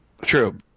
True